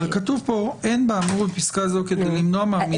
אבל כתוב פה 'אין באמור בפסקה כזו כדי למנוע מהנמען'